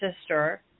sister